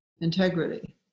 integrity